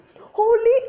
holy